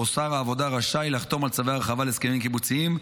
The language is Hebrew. שבו שר העבודה רשאי לחתום על צווי הרחבה להסכמים קיבוציים,